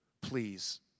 Please